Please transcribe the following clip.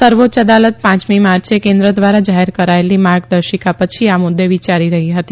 સર્વોચ્ચ અદાલત પાંચમી માર્ચે કેન્દ્ર ધ્વારા જાહેર કરાચેલી માર્ગદર્શિકા પછી આ મુદૃ વિયારી રહી હતી